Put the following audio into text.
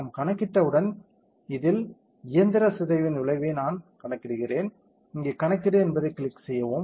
நாம் கணக்கிட்டவுடன் இதில் இயந்திர சிதைவின் விளைவை நான் கணக்கிடுகிறேன் இங்கே கணக்கிடு என்பதைக் கிளிக் செய்யவும்